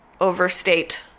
overstate